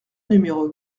numéro